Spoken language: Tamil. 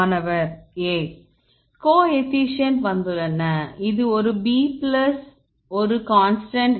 மாணவர் A கோஎஃபீஷியேன்ட்கள் வந்துள்ளன இது ஒரு b பிளஸ் ஒரு கான்ஸ்டன்ட்